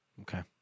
Okay